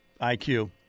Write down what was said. IQ